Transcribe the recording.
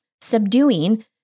Subduing